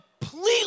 completely